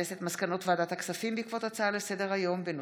מסקנות ועדת הכספים בעקבות דיון בהצעה לסדר-היום של חבר הכנסת